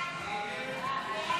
ההצעה להעביר את